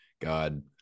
God